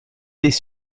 les